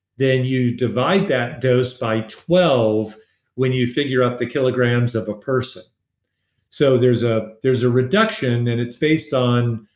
then you divide that dose by twelve when you figure out the kilograms of a person so there's ah there's a reduction and it's based on